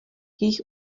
jejich